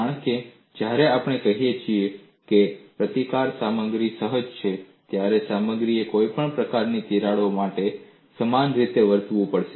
કારણ કે જ્યારે આપણે કહીએ છીએ કે પ્રતિકાર સામગ્રીમાં સહજ છે ત્યારે સામગ્રીએ કોઈપણ પ્રકારની તિરાડો માટે સમાન રીતે વર્તવું પડશે